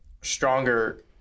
stronger